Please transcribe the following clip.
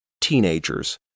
teenagers